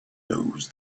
knows